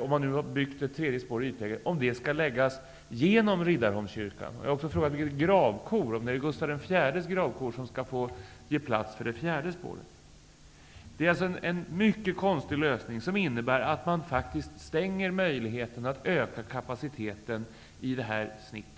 Om man har byggt det tredje spåret i ytläge, skall det fjärde läggas genom Riddarholmskyrkan? Jag har också frågat om det är Gustav IV:s gravkor som skall få ge plats för det fjärde spåret. Detta är en mycket konstig lösning, som innebär att man faktiskt stänger möjligheten att öka kapaciteten i det här snittet.